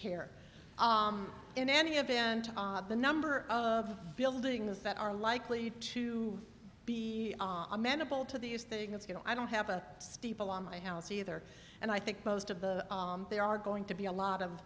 care in any event the number of buildings that are likely to be amenable to these things you know i don't have a steeple on my house either and i think most of the there are going to be a lot of